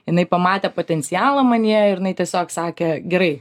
jinai pamatė potencialą manyje ir jinai tiesiog sakė gerai